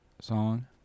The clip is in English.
song